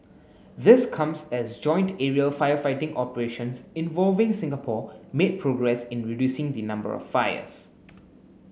this comes as joint aerial firefighting operations involving Singapore made progress in reducing the number of fires